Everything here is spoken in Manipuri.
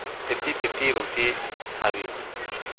ꯐꯤꯞꯇꯤ ꯐꯤꯇꯞꯤꯇꯕꯨꯛꯇꯤ ꯁꯥꯕꯤꯌꯨ